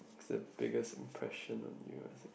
is a biggest impression on you as in